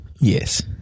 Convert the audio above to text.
Yes